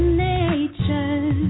nature